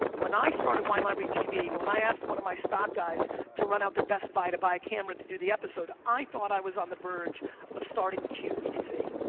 when i started wine library tv, when i asked one of my stock guys to run out the best buy to buy camera to do the episode i thought i was on the verge of starting qvc,